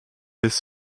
his